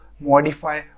modify